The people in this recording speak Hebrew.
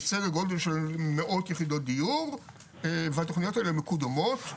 מדובר בסדר גודל של מאות יחידות דיור והתוכניות האלה מקודמות.